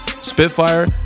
Spitfire